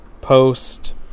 post